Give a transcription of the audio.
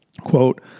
Quote